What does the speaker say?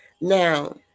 Now